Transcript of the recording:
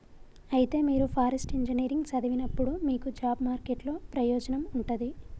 అయితే మీరు forest engineering సదివినప్పుడు మీకు జాబ్ మార్కెట్ లో ప్రయోజనం ఉంటది